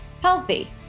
healthy